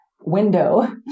window